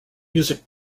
music